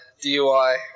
DUI